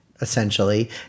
essentially